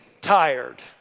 tired